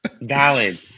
valid